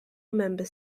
member